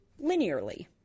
linearly